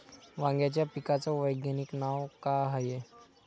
वांग्याच्या पिकाचं वैज्ञानिक नाव का हाये?